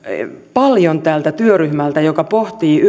paljon tältä työryhmältä joka pohtii